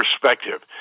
perspective